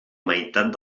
meitat